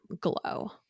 glow